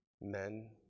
Men